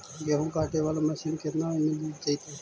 गेहूं काटे बाला मशीन केतना में मिल जइतै?